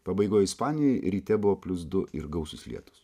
pabaigoj ispanijoj ryte buvo plius du ir gausūs lietūs